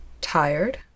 tired